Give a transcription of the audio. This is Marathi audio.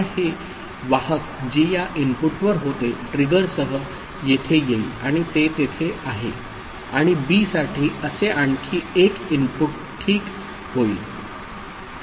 आता हे वाहक जे या इनपुटवर होते ट्रिगरसह येथे येईल आणि ते तेथे आहे आणि बी साठी असे आणखी एक इनपुट ठीक होईल